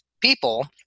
people